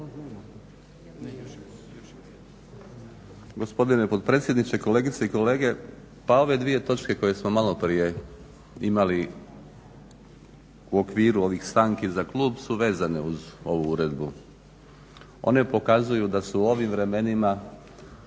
Hvala i vama.